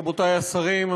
רבותי השרים,